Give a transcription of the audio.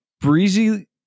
Breezy